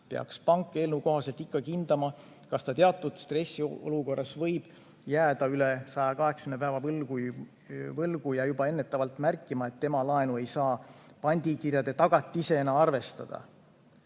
peaks pank eelnõu kohaselt ikkagi hindama, kas ta teatud stressiolukorras võib jääda üle 180 päeva võlgu, ja juba ennetavalt märkima, et tema laenu ei saa pandikirjade tagatisena arvestada.